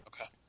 Okay